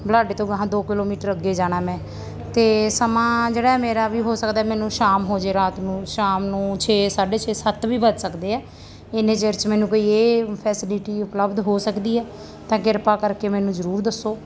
ਬਲਾਡੇ ਤੋਂ ਗਾਹਾਂ ਦੋ ਕਿਲੋਮੀਟਰ ਅੱਗੇ ਜਾਣਾ ਮੈਂ ਅਤੇ ਸਮਾਂ ਜਿਹੜਾ ਮੇਰਾ ਵੀ ਹੋ ਸਕਦਾ ਹੈ ਮੈਨੂੰ ਸ਼ਾਮ ਹੋ ਜੇ ਰਾਤ ਨੂੰ ਸ਼ਾਮ ਨੂੰ ਛੇ ਸਾਢੇ ਛੇ ਸੱਤ ਵੀ ਵੱਜ ਸਕਦੇ ਹੈ ਇੰਨੇ ਚਿਰ 'ਚ ਮੈਨੂੰ ਕੋਈ ਇਹ ਫੈਸਿਲਿਟੀ ਉਪਲਬਧ ਹੋ ਸਕਦੀ ਹੈ ਤਾਂ ਕਿਰਪਾ ਕਰਕੇ ਮੈਨੂੰ ਜ਼ਰੂਰ ਦੱਸੋ